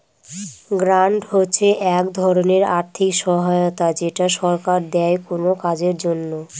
grant হচ্ছে এক ধরনের আর্থিক সহায়তা যেটা সরকার দেয় কোনো কাজের জন্য